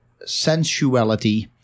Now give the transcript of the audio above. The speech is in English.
sensuality